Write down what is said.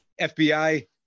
FBI